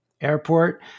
Airport